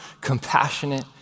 compassionate